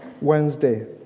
Wednesday